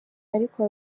ariko